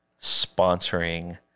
sponsoring